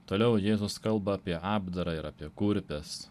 toliau jėzus kalba apie apdarą ir apie kurpes